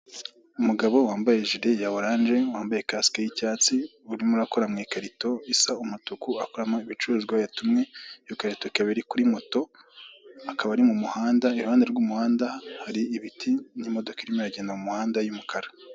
Umugabo wambaye ijiri ya oranje wambaye kasiki y'icyatsi urimo urakora mu ikarito isa umutuku akuramo ibicuruzwa yatumwe iyo karito ikaba iri kuri moto akaba ari mu muhanda, iruhande rw'umuhanda hari ibiti n'imodoka irimo iragenda mu muhanda y'umukara.